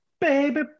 Baby